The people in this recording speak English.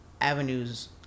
avenues